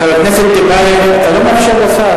חבר הכנסת טיבייב, אתה לא מאפשר לשר.